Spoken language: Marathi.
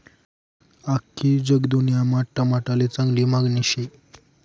आख्खी जगदुन्यामा टमाटाले चांगली मांगनी शे